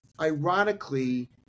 Ironically